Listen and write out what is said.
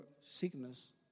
sickness